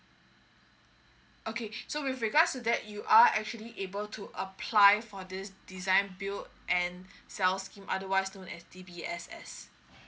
okay so with regards to that you are actually able to apply for this design build and sell scheme otherwise known as D_B_S_S